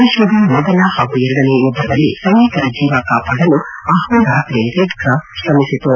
ವಿಶ್ವದ ಮೊದಲ ಹಾಗೂ ಎರಡನೆ ಯುದ್ದದಲ್ಲಿ ಸೈನಿಕರ ಜೀವ ಕಾಪಾಡಲು ಅಹೋರಾತ್ರಿ ರೆಡ್ ಕ್ರಾಸ್ ಶ್ರಮಿಸಿತು